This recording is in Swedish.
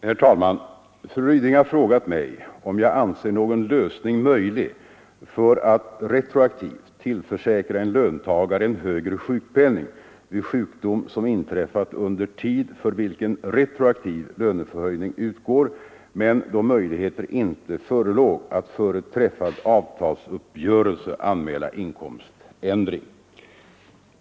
Herr talman! Fru Ryding har frågat mig, om jag anser någon lösning Nr 76 möjlig för att retroaktivt tillförsäkra en löntagare en högre sjukpenning Torsdagen den vid sjukdom som inträffat under tid för vilken retroaktiv löneförhöjning 9 maj 1974 utgår, men då möjligheter inte förelåg att före träffad avtalsuppgörelse — anmäla inkomständring.